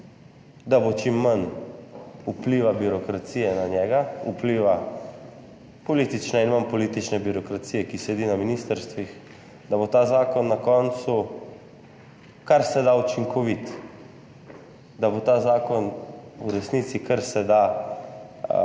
čim manj vpliva birokracije, vpliva politične in manj politične birokracije, ki sedi na ministrstvih, da bo ta zakon na koncu karseda učinkovit, da bo ta zakon v resnici karseda preprost